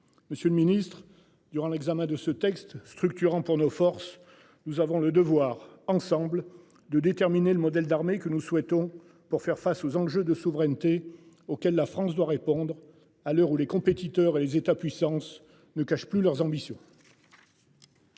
Monsieur le Ministre durant l'examen de ce texte structurant pour nos forces, nous avons le devoir ensemble de déterminer le modèle d'armée que nous souhaitons pour faire face aux enjeux de souveraineté auxquels la France doit répondre à l'heure où les compétiteurs et les États puissance ne cachent plus leurs ambitions.